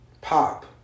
pop